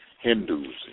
Hindus